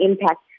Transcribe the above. impact